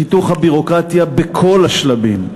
חיתוך הביורוקרטיה בכל השלבים,